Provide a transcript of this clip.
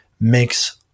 makes